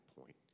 point